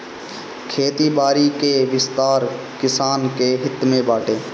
खेती बारी कअ विस्तार किसानन के हित में बाटे